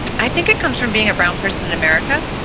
i think it comes from being a brown person in america.